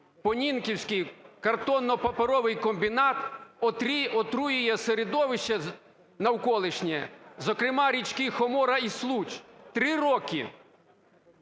роківПонінківський картонно-паперовий комбінат отруює середовище навколишнє, зокрема річки Хомора і Случ. Три роки!